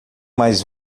mais